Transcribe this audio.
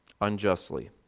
unjustly